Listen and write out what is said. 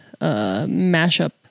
mashup